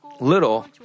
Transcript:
little